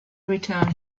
return